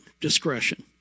discretion